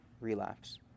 relapse